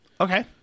Okay